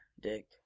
Dick